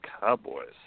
Cowboys